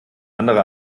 andere